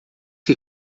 que